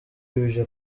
ibyo